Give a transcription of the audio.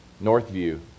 Northview